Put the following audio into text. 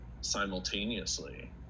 simultaneously